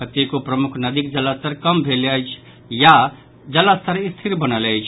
कतेको प्रमुख नदीक जलस्तर कम भेल अछि या जलस्तर स्थिर बनल अछि